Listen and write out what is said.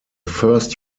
first